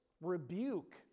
rebuke